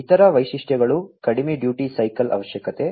ಇತರ ವೈಶಿಷ್ಟ್ಯಗಳು ಕಡಿಮೆ ಡ್ಯೂಟಿ ಸೈಕಲ್ ಅವಶ್ಯಕತೆ